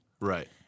Right